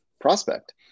prospect